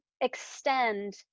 extend